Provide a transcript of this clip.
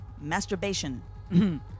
Masturbation